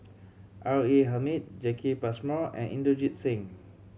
R A Hamid Jacki Passmore and Inderjit Singh